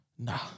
Nah